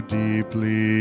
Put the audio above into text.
deeply